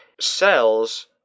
Cell's